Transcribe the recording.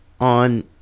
on